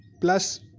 plus